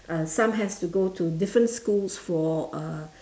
uh some has to go to different schools for uh